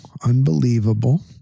Unbelievable